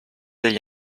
degli